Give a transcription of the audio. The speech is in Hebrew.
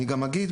אני גם אגיד,